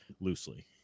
loosely